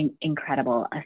incredible